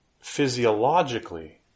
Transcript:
physiologically